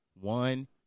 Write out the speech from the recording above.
One